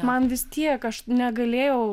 man vis tiek aš negalėjau